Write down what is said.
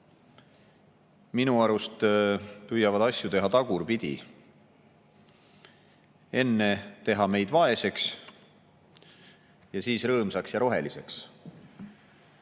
minu arust asju teha tagurpidi: enne teha meid vaeseks ning siis rõõmsaks ja roheliseks.